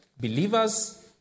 believers